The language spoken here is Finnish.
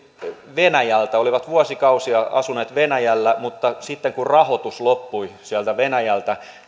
venäjältä olivat vuosikausia asuneet venäjällä mutta sitten kun rahoitus loppui sieltä venäjältä